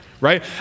right